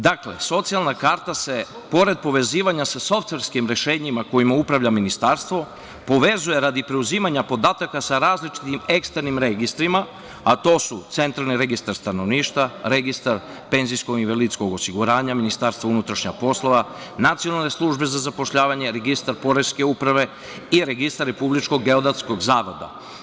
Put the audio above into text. Dakle, socijalna karta se, pored povezivanja sa softverskim rešenjima kojima upravlja ministarstvo, povezuje radi preuzimanja podataka sa različitim eksternim registrima, a to su Centralni registar stanovništva, Registar Penzijskog i invalidskog osiguranja, Ministarstva unutrašnjih poslova, Nacionalne službe za zapošljavanje, Registar Poreske uprave i Registar Republičkog geodetskog zavoda.